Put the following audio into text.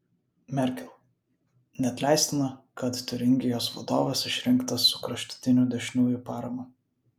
merkel neatleistina kad tiuringijos vadovas išrinktas su kraštutinių dešiniųjų parama